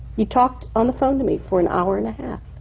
you talked on the phone to me for an hour and a half.